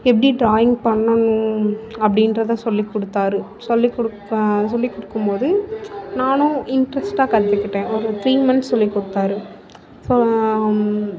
எப்படி ட்ராயிங் பண்ணணும் அப்படின்றத சொல்லி கொடுத்தாரு சொல்லி கொடுக்க சொல்லி கொடுக்கும்போது நானும் இன்ட்ரெஸ்ட்டாக கற்றுக்கிட்டேன் ஒரு த்ரீ மந்த்ஸ் சொல்லி கொடுத்தாரு அப்றம்